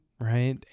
right